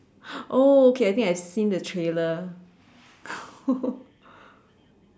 oh okay I think I've seen the trailer oh